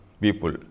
people